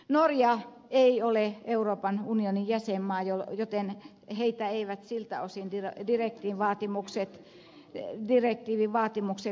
norja ei ole euroopan unionin jäsenmaa joten heitä eivät siltä osin direktiivin vaatimukset koske